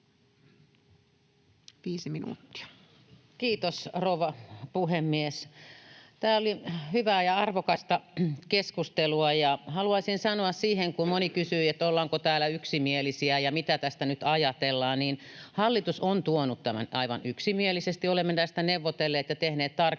Kiitos, rouva puhemies! Tämä oli hyvää ja arvokasta keskustelua, ja haluaisin sanoa siihen, kun moni kysyi, ollaanko täällä yksimielisiä ja mitä tästä nyt ajatellaan, että hallitus on tuonut tämän aivan yksimielisesti. Olemme tästä neuvotelleet ja tehneet tarkennuksia